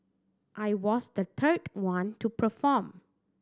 I was the third one to perform